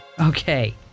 Okay